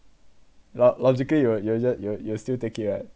lo~ logically you will you will ju~ you will you will still take it right